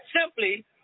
simply